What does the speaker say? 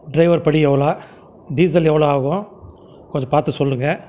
driver படி எவ்வளோ diesel எவ்வளோ ஆகும் கொஞ்சம் பார்த்து சொல்லுங்கள்